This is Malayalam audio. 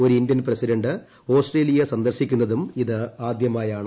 ഒരു ഇന്ത്യൻ പ്രസിഡന്റ് ഓസ്ട്രേലിയ സന്ദർശിക്കുന്നതും ഇത് ആദ്യമായാണ്